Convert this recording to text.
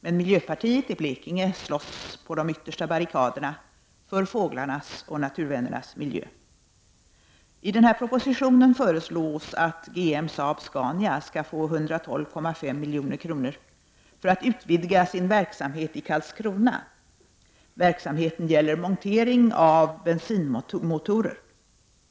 Men miljöpartiet i Blekinge slåss på de yttersta barrikaderna för fåglarnas och naturvännernas miljö. I propositionen föreslås att GM-Saab-Scania skall få 112,5 milj.kr. för att utvidga sin verksamhet i Karlskrona; verksamheten gäller montering av bensinmotorer.